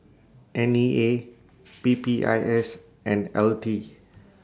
N E A P P I S and L T